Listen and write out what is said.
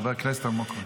חבר הכנסת אלמוג כהן.